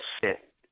sit